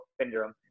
syndrome